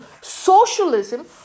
socialism